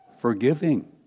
forgiving